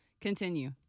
Continue